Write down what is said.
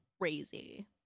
crazy